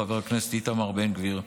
חבר הכנסת איתמר בן גביר,